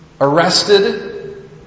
arrested